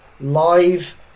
live